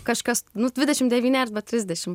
kažkas nu dvidešim devyni arba trisdešim